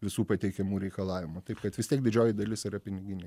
visų pateikiamų reikalavimų taip kad vis tiek didžioji dalis yra piniginė